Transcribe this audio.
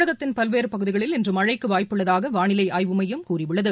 தமிழகத்தின் பல்வேறுபகுதிகளில் இன்றுமழக்குவாய்ப்பு உள்ளதாகவானிலைஆய்வு மையம் கூறியுள்ளது